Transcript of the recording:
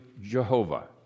Jehovah